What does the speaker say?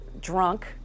drunk